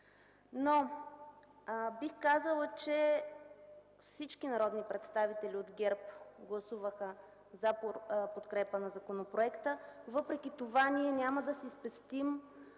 Бих казала, че всички народни представители от ГЕРБ гласуваха „за” подкрепа на законопроекта и въпреки това ние няма да си спестим